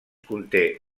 conté